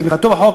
בתמיכתו בחוק,